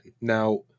now